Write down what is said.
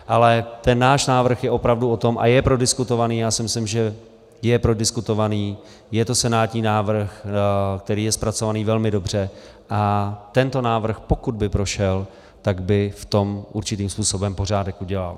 Ale ten náš návrh je opravdu o tom a je prodiskutovaný, já si myslím, že je prodiskutovaný, je to senátní návrh, který je zpracovaný velmi dobře, a tento návrh, pokud by prošel, tak by v tom určitým způsobem pořádek udělal.